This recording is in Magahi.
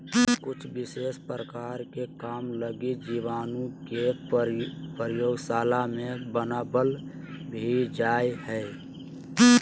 कुछ विशेष प्रकार के काम लगी जीवाणु के प्रयोगशाला मे बनावल भी जा हय